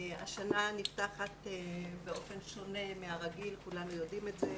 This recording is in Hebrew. השנה נפתחת באופן שונה מהרגיל וכולנו יודעים זאת.